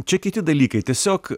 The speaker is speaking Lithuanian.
čia kiti dalykai tiesiog